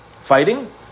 fighting